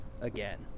again